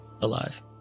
alive